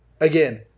again